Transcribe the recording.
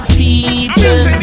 people